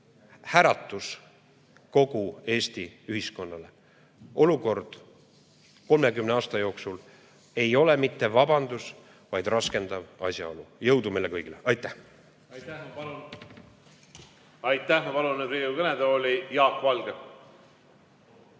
äratus kogu Eesti ühiskonnale. Olukord 30 aasta jooksul ei ole mitte vabandus, vaid raskendav asjaolu. Jõudu meile kõigile! Aitäh! Aitäh! Ma palun Riigikogu kõnetooli Jaak Valge.